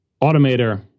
Automator